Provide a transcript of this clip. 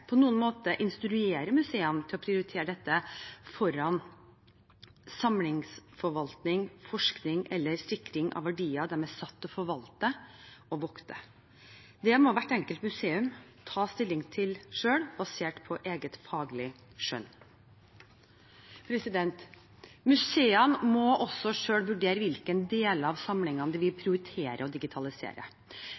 på noen måte instruere museene til å prioritere dette foran samlingsforvaltning, forskning eller sikring av verdier de er satt til å forvalte og vokte. Det må hvert enkelt museum ta stilling til selv, basert på eget faglig skjønn. Museene må også selv vurdere hvilke deler av samlingene de vil